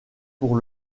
pour